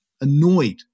annoyed